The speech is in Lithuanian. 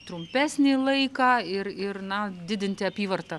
trumpesnį laiką ir ir na didinti apyvartą